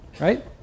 Right